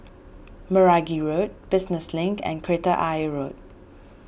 Meragi Road Business Link and Kreta Ayer Road